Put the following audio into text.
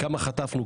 כמה חטפנו.